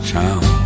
town